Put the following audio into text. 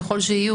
ככל שיהיו.